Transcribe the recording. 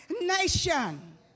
nation